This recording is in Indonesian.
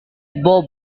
bob